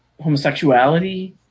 homosexuality